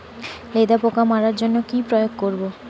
লেদা পোকা মারার জন্য কি প্রয়োগ করব?